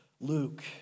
Luke